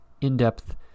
in-depth